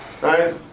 Right